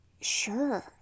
Sure